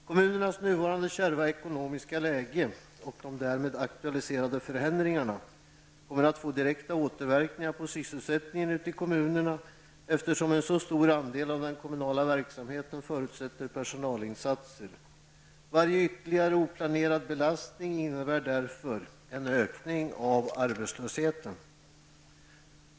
Kommunernas nuvarande kärva ekonomiska läge och de därmed aktualiserade förändringarna kommer att få direkta återverkningar på sysselsättningen ute i kommunerna, eftersom en så stor andel av den kommunala verksamheten förutsätter personalinsatser. Varje ytterligare, oplanerad, belastning innebär därför en ökning av arbetslösheten.